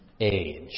age